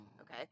Okay